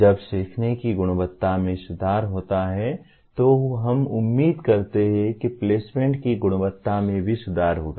जब सीखने की गुणवत्ता में सुधार होता है तो हम उम्मीद करते हैं कि प्लेसमेंट की गुणवत्ता में भी सुधार होगा